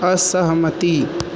असहमति